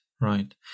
right